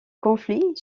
conflit